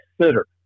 consider